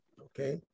okay